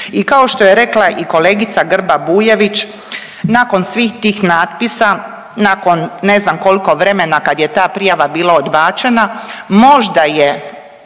i kao što je rekla i kolegica Grba-Bujević, nakon svih tih natpisa, nakon ne znam koliko vremena, kad je ta prijava bila odbačena, možda je